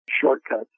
shortcuts